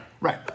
Right